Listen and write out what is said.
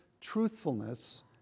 truthfulness